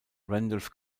randolph